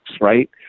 right